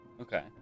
okay